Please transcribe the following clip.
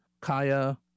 Kaya